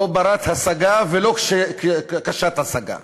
לא בת-השגה ולא קשת-השגה.